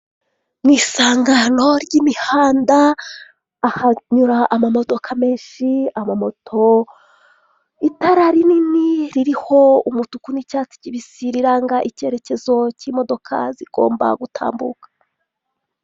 Mu isangano ry'imihanda, ahanyura amamodoka menshi, amamoto, itara rinini ririho umutuku n'icyatsi kibisi riranga icyerekezo cy'imodoka zigomba gutambuka.